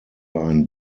ein